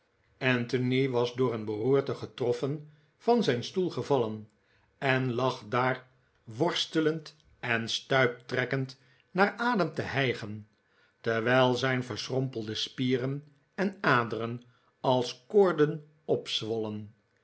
anthony was door een beroerte getroffen van zijn stoel gevallen en lag daar maarten chuzzlewit worstelend en stuiptrekkend naar adem te hijgen terwijl zijn verschrompelde spieren en aderen als koorden opzwollen